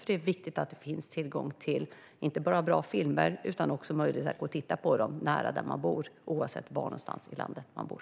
Det är viktigt att det inte bara finns tillgång till bra filmer utan också möjlighet att gå och titta på dem i närheten av där man bor, oavsett var någonstans i landet man bor.